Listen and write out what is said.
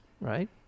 right